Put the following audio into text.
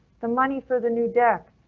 the money for the new deck.